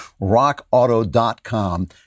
Rockauto.com